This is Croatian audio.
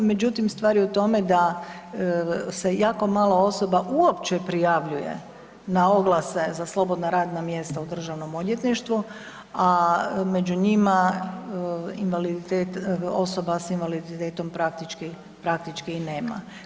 Međutim stvar je u tome da se jako malo osoba uopće prijavljuje na oglase z slobodna radna mjesta u Državnom odvjetništvu a među njima invaliditet, osoba sa invaliditetom praktički i nema.